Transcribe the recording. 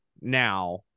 now